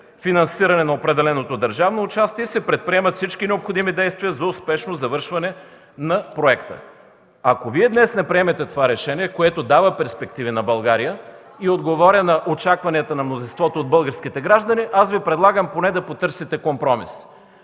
финансиране на определеното държавно участие и се предприемат всички необходими действия за успешно завършване на проекта. Ако Вие днес не приемете това решение, което дава перспективи на България и отговаря на очакванията на мнозинството от българските граждани, аз Ви предлагам поне да потърсите компромис